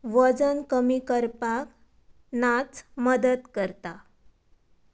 वजन कमी करपाक नाच मदत करता